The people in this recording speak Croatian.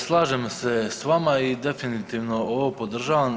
Slažem se s vama i definitivno ovo podržavam.